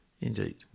Indeed